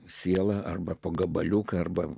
sielą arba po gabaliuką arba